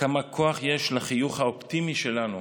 כמה כוח יש לחיוך האופטימי שלנו,